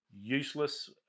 useless